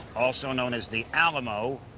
also known as the alamo,